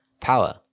Power